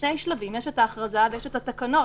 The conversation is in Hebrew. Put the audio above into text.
שני שלבים: יש את ההכרזה ויש את התקנות,